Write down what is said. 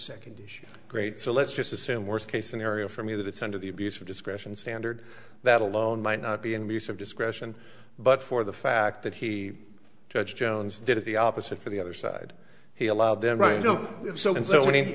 second issue great so let's just assume worst case scenario for me that it's under the abuse of discretion standard that alone might not be an abuse of discretion but for the fact that he judge jones did the opposite for the other side he allowed them right you know so and so